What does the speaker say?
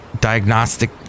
diagnostic